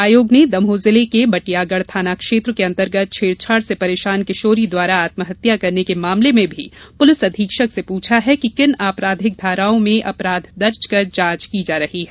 आयोग ने दमोह जिले के बटियागढ़ थाना क्षेत्र के अन्तर्गत छेड़छाड़ से परेशान किशोरी द्वारा आत्महत्या करने के मामले में भी पुलिस अधीक्षक से पूछा है कि किन आपराधिक धाराओं में अपराध दर्ज कर जांच की जा रही है